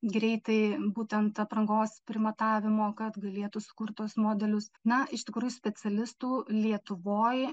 greitai būtent aprangos primatavimo kad galėtų sukurt tuos modelius na iš tikrų specialistų lietuvoj